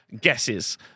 guesses